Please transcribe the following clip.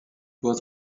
was